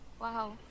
Wow